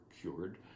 cured